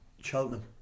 Cheltenham